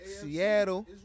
Seattle